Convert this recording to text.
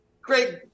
great